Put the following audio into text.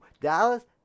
Dallas